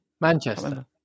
Manchester